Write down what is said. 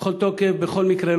בכל תוקף, בכל מקרה.